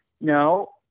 No